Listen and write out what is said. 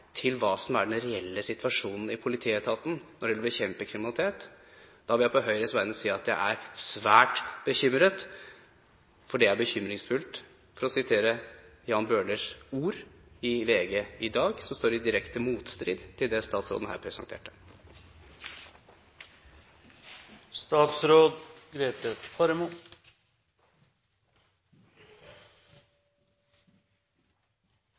til hva som er den reelle situasjonen i politietaten når det gjelder å bekjempe kriminalitet, vil jeg på Høyres vegne si at jeg er svært bekymret. For det er «urovekkende», for å sitere Jan Bøhlers ord i VG i dag, noe som står i direkte motstrid til det statsråden her